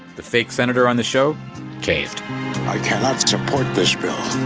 the fake senator on the show caved i cannot support this bill.